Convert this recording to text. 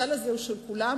הסל הזה הוא של כולם,